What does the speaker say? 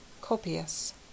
copious